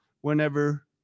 whenever